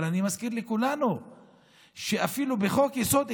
אבל אני מזכיר לכולנו שאפילו בחוק-יסוד: